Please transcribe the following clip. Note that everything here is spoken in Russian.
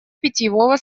питьевого